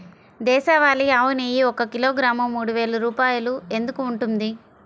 దేశవాళీ ఆవు నెయ్యి ఒక కిలోగ్రాము మూడు వేలు రూపాయలు ఎందుకు ఉంటుంది?